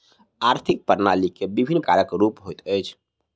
आर्थिक प्रणाली के विभिन्न प्रकारक रूप होइत अछि